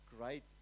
great